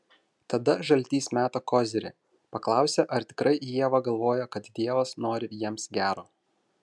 tada žaltys meta kozirį paklausia ar tikrai ieva galvoja kad dievas nori jiems gero